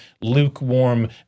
lukewarm